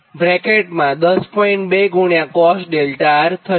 2 cos𝛿R1 થશે